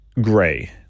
gray